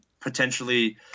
potentially